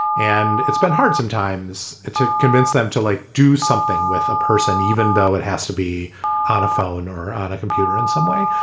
and it's been hard sometimes to convince them to, like, do something with a person, even though it has to be on a phone or on a computer in some way.